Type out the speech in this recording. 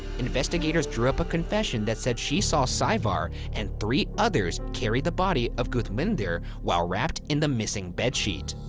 investigators drew up a confession that said she saw saevar and three others carry the body of gudmundur while wrapped in the missing bedsheet.